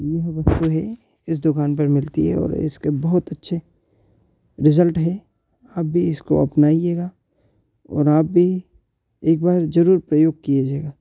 यह वस्तु है इस दुकान पर मिलती है और इसके बहुत अच्छे रिजल्ट है आप भी इसको अपनाइएगा और आप भी एक बार ज़रूर प्रयोग किए जिएगा